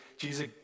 Jesus